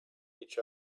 each